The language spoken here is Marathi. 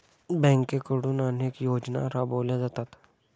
बँकांकडून अनेक योजना राबवल्या जातात